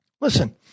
Listen